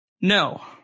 No